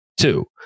two